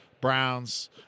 Browns